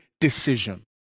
decision